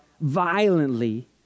violently